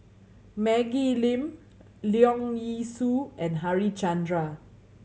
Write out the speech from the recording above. Maggie Lim Leong Yee Soo and Harichandra